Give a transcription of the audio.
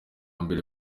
mbere